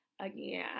again